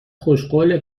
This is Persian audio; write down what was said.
خوشقوله